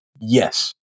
yes